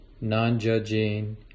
non-judging